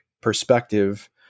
perspective